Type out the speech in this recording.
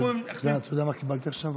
אתה יודע מה קיבלתי עכשיו בהודעה.